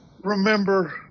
remember